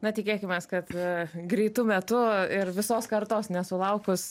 na tikėkimės kad greitu metu ir visos kartos nesulaukus